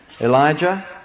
Elijah